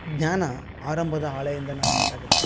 ಜ್ಞಾನ ಆರಂಭದ ಹಾಳೆಯಿಂದನ ಸ್ಟಾರ್ಟಾಗತ್ತೆ